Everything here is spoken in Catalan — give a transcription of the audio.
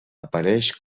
apareix